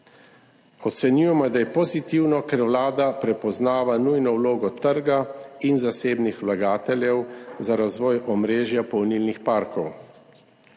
Ocenjujemo, da je pozitivno, ker Vlada prepoznava nujno vlogo trga in zasebnih vlagateljev za razvoj omrežja polnilnih parkov.